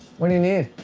what do you need?